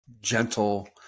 gentle